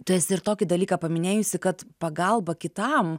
tu esi ir tokį dalyką paminėjusi kad pagalba kitam